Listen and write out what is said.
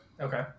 Okay